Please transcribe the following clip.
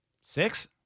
six